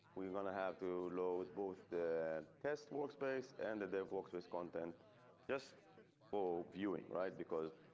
we are going to have to load both the test workspace and they've worked with content just for viewing right be cause.